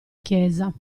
chiesa